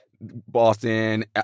Boston